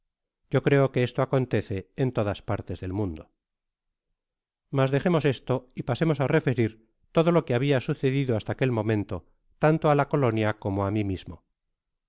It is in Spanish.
yo creo que esto acontece en todas paftés del mundo m mas dejemos esto y pasemos á referir todo lo que na bfa sucedido hááta aquél momento tanto á la colonia como á mi mismo